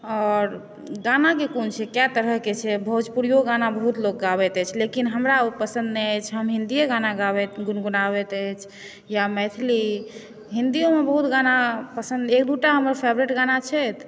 और गाना के कोन छै कए तरहकेँ भोजपुरीओ गाना बहुत लोक गाबैत अछि लेकिन हमरा ओ पसन्द नहि अछि हम हिन्दीए गाना गाबैत गुनगुनाबैत अछि या मैथिली हिन्दीओमे बहुत गाना पसन्द अछि एक दुटा गाना हमर फेवरेट गाना छथि